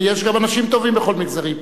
ויש גם אנשים טובים בכל המגזרים.